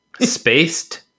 Spaced